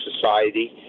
society